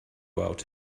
out